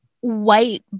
white